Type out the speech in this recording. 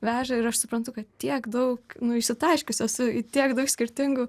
veža ir aš suprantu kad tiek daug nu išsitaškius esu į tiek daug skirtingų